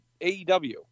AEW